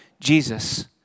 Jesus